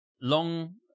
long